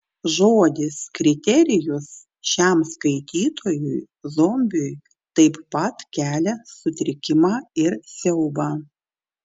žodis kriterijus šiam skaitytojui zombiui taip pat kelia sutrikimą ir siaubą